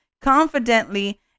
confidently